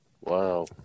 Wow